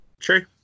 true